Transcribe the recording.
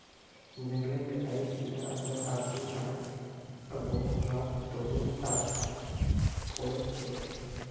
जंगलेर कटाईर सीधा असर आदमी आर आबोहवात दोनों टात पोरछेक